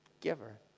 giver